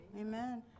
Amen